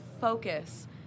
focus